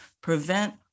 prevent